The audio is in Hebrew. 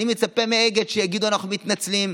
אני מצפה מאגד שיגידו: אנחנו מתנצלים,